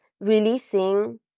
releasing